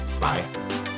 Bye